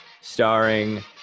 starring